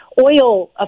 oil